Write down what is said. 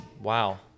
wow